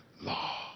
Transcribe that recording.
law